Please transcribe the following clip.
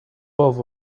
both